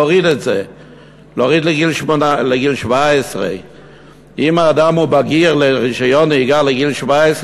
להוריד את זה לגיל 17. אם האדם הוא בגיר לרישיון נהיגה בגיל 17,